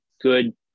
good